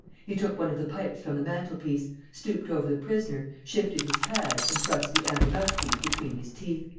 he took one of the pipes from the mantel-piece, stooped over the prisoner, shifted his pad and thrust the amber mouth-piece between his teeth